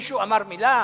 מישהו אמר מלה,